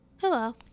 Hello